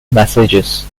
messages